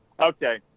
okay